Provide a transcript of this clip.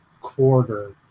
quarter